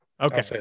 okay